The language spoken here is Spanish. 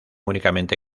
únicamente